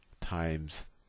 times